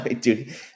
dude